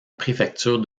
préfecture